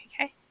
okay